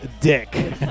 dick